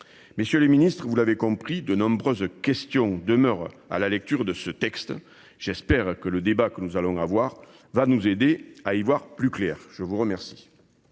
Messieurs les ministres, vous l'avez compris, de nombreuses questions demeurent à la lecture de ce texte. J'espère que le débat que nous allons avoir nous aidera à y voir plus clair. La parole